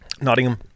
Nottingham